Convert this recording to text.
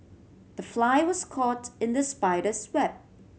the fly was caught in the spider's web